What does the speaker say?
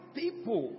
people